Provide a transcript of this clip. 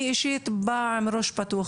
אני אישית באה עם ראש פתוח,